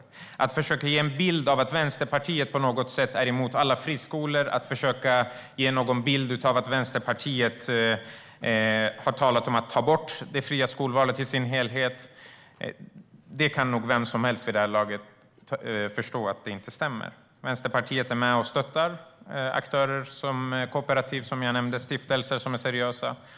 Man försöker ge en bild av att Vänsterpartiet på något sätt är emot alla friskolor och att vi har talat om att ta bort det fria skolvalet i dess helhet. Vem som helst kan nog vid det här laget förstå att det inte stämmer. Vänsterpartiet är med och stöttar aktörer som kooperativ, som jag nämnde, och stiftelser som är seriösa.